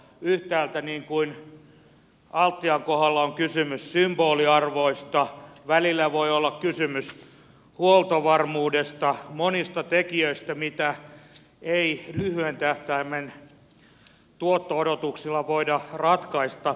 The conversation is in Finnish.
yhtäältä niin kuin altian kohdalla on kysymys symboliarvoista välillä voi olla kysymys huoltovarmuudesta monista tekijöistä mitä ei lyhyen tähtäimen tuotto odotuksilla voida ratkaista